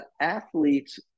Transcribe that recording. athlete's